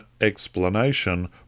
explanation